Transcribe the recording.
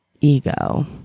ego